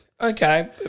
Okay